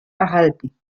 erhalten